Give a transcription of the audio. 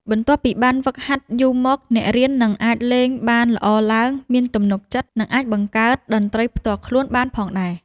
បន្ទាប់ពីបានហ្វឹកហាត់យូរមក អ្នករៀននឹងអាចលេងបានល្អឡើង មានទំនុកចិត្ត និងអាចបង្កើតតន្ត្រីផ្ទាល់ខ្លួនបានផងដែរ។